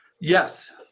Yes